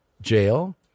jail